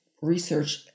research